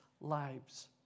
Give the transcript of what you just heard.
lives